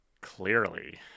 Clearly